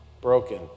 broken